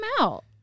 out